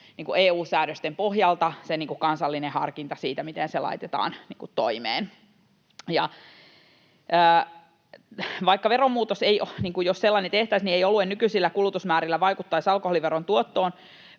EU-säädösten pohjalta, kansallinen harkinta siitä, miten se laitetaan toimeen. Vaikka veromuutos, jos sellainen tehtäisiin, ei oluen nykyisillä kulutusmäärillä vaikuttaisi alkoholiveron tuottoon,